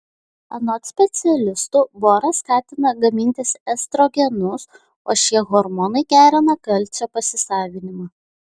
anot specialistų boras skatina gamintis estrogenus o šie hormonai gerina kalcio pasisavinimą